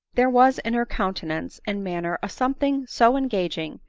there was in her countenance and manner a something so engagmg,